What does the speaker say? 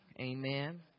Amen